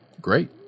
great